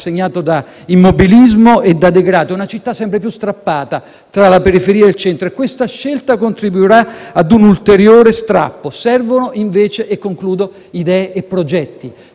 tra la periferia e il centro; questa scelta contribuirà a un ulteriore strappo. Servono, invece, idee e progetti. Se vi è un problema di concessione, si risolva,